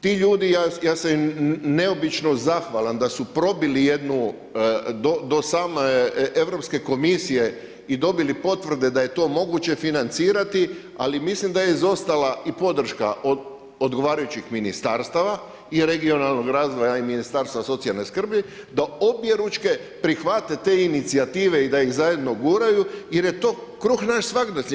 Ti ljudi, ja sam im neobično zahvalan da su probili jednu, do same europske komisije i dobili potvrde da je to moguće financirati, ali mislim da je izostala i podrška od odgovarajućih ministarstava i regionalnog razvoja i Ministarstva socijalne skrbi da objeručke prihvate te inicijative i da ih zajedno guraju jer je to kruh naš svagdašnji.